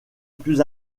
plus